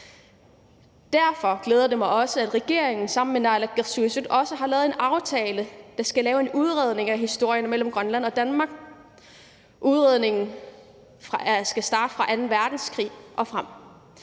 Derfor glæder det mig også, at regeringen sammen med naalakkersuisut også har lavet en aftale, der skal lave en udredning af historien mellem Grønland og Danmark. Udredningen skal starte fra anden verdenskrig og frem,